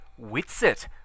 witsit